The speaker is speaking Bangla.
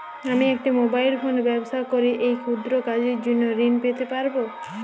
আমি একটি মোবাইল ফোনে ব্যবসা করি এই ক্ষুদ্র কাজের জন্য ঋণ পেতে পারব?